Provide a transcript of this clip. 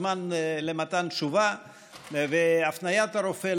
בזמן למתן תשובה והפניית הרופא.